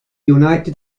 united